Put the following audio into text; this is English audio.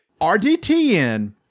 RDTN